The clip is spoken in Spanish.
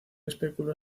especuló